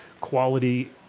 quality